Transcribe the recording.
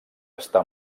està